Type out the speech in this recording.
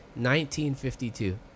1952